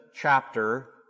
chapter